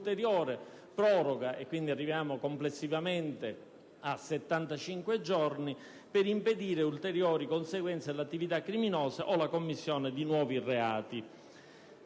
un'ulteriore proroga; pertanto, si arriva complessivamente a 75 giorni per impedire ulteriori conseguenze all'attività criminosa o la commissione di nuovi reati.